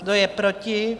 Kdo je proti?